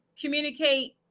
communicate